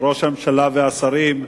ראש הממשלה והשרים,